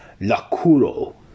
Lakuro